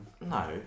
No